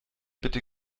bitte